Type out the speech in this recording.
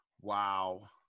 Wow